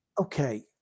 Okay